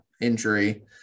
injury